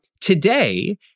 Today